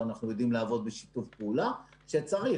ואנחנו יודעים לעבוד בשיתוף פעולה כשצריך.